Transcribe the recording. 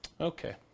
Okay